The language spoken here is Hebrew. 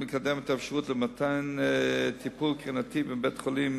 2009): בית-החולים